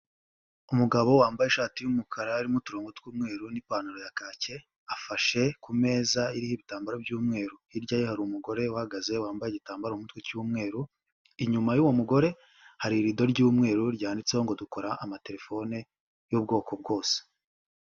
Umugabo wambaye ishati y'umukara harimo uturorongo tw'umweru n'ipantaro ya kake, afashe ku meza iriho ibitambaro by'umweru, hirya ye hari umugore uhagaze, wambaye igitambaro mu mutwe cy'umweru, inyuma y'uwo mugore hari irido ry'umweru ryanditseho ngo dukora amatelefone y'ubwoko bwose.